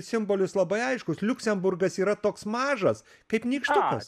simbolis labai aiškus liuksemburgas yra toks mažas kaip nykštukas